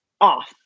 off